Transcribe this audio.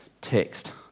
text